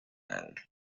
and